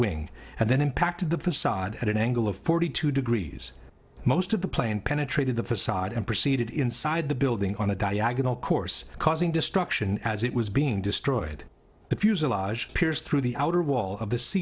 wing and then impacted the facade at an angle of forty two degrees most of the plane penetrated the facade and proceeded inside the building on a diagonal course causing destruction as it was being destroyed the fuselage pierced through the outer wall